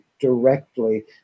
directly